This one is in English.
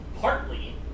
Partly